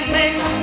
makes